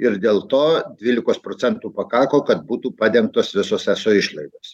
ir dėl to dvylikos procentų pakako kad būtų padengtos visos eso išlaidos